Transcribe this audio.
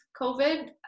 COVID